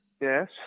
Yes